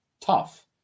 tough